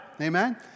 Amen